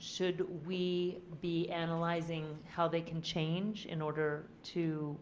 should we be analyzing how they can change in order to